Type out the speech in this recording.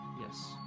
Yes